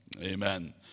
amen